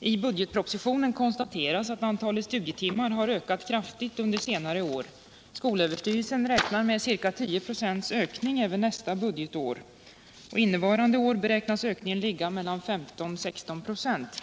I budgetpropositionen konstateras att antalet studietimmar har ökat kraftigt under senare år. Skolöverstyrelsen räknar med ca 10 96 ökning nästa budgetår. Innevarande år beräknas ökningen ligga på mellan 15 och 16 96 i snitt.